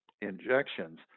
injections